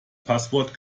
passwort